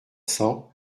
cents